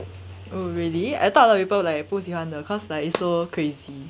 oh really I thought a lot of people 不喜欢的 cause like it's so crazy